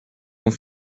vont